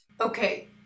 Okay